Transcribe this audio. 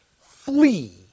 flee